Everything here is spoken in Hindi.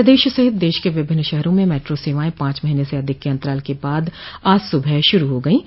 प्रदेश सहित देश के विभिन्न शहरों में मेट्रो सेवाएं पांच महीने से अधिक के अंतराल के बाद आज सुबह शुरू हो गईं